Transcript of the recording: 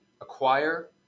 acquire